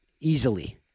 easily